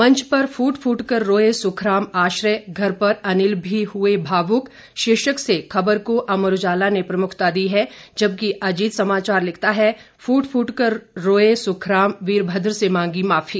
मंच पर फूट फूट कर रोए सुखराम आश्रय घर पर अनिल भी हुए भावुक शीर्षक से ख़बर को अमर उजाला ने प्रमुखता दी है जबकि अजीत समाचार लिखता है फूट फूट कर राए सुखराम वीरभद्र सिंह से मांगी माफी